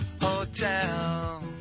Hotel